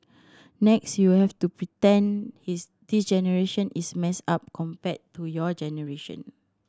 next you have to pretend his this generation is messed up compared to your generation